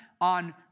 on